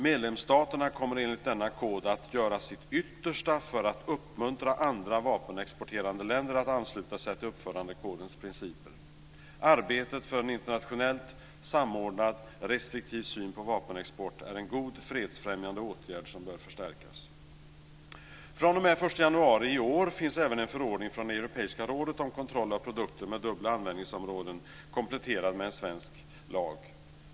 Medlemsstaterna kommer enligt denna kod att göra sitt yttersta för att uppmuntra andra vapenexporterande länder att ansluta sig till uppförandekodens principer. Arbetet för en internationellt samordnad restriktiv syn på vapenexport är en god fredsfrämjande åtgärd som bör förstärkas. fr.o.m. den 1 januari i år finns det även en förordning från Europeiska rådet om kontroll av produkter med dubbla användningsområden kompletterad med en svensk lag.